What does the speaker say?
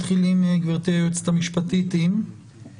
גברתי היועצת המשפטית, עם מה אנחנו מתחילים?